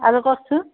আৰু কওকচোন